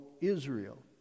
Israel